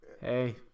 Hey